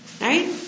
Right